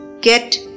get